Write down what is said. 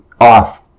off